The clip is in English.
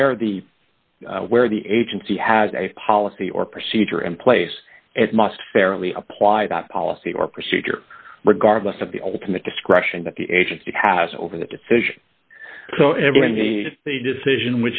where the where the agency has a policy or procedure in place and must fairly apply that policy or procedure regardless of the ultimate discretion that the agency has over the decision so everyone made the decision